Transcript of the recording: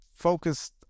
focused